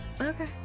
Okay